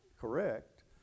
correct